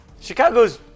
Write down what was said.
Chicago's